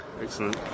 excellent